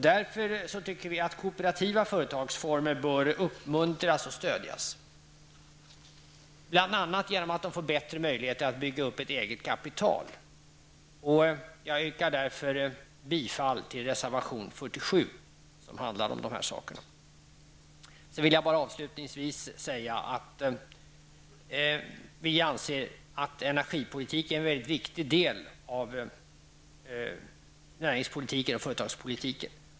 Därför tycker vi att kooperativa företagsformer bör uppmuntras och stödjas, bl.a. genom bättre möjligheter att bygga upp ett eget kapital. Jag yrkar bifall till reservation 47, som handlar om denna sak. Sedan vill jag avslutningsvis säga att energipolitiken är mycket viktig. Det är en mycket viktig del av närings och företagspolitiken.